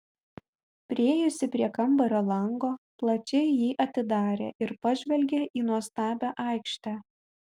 priėjusi prie kambario lango plačiai jį atidarė ir pažvelgė į nuostabią aikštę